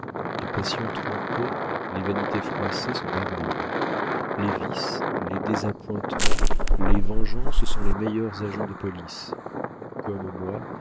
les passions trompées les vanités froissées sont bavardes les vices les désappointements les vengeances sont les meilleurs agents de police comme moi